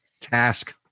task